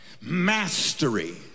mastery